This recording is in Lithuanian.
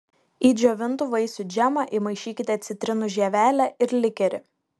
į džiovintų vaisių džemą įmaišykite citrinų žievelę ir likerį